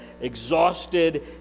exhausted